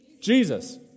Jesus